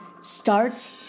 starts